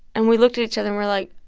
and we looked at each other, and we're like,